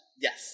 Yes